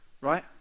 Right